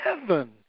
heaven